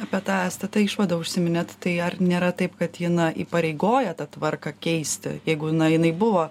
apie tą stt išvadą užsiminėt tai ar nėra taip kad jin įpareigoja tą tvarką keisti jeigu na jinai buvo